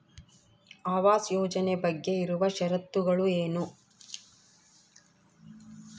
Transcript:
ಆವಾಸ್ ಯೋಜನೆ ಬಗ್ಗೆ ಇರುವ ಶರತ್ತುಗಳು ಏನು?